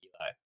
Eli